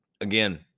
again